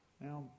Now